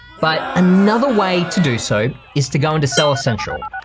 but another way to do so is to go into seller central.